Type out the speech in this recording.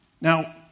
Now